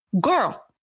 girl